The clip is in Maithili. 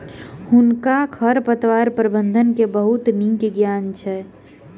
हुनका खरपतवार प्रबंधन के बहुत नीक ज्ञान अछि